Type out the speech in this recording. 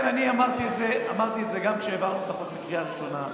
אמרתי את זה גם כשהעברנו את החוק בקריאה הראשונה,